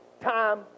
time